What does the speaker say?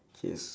K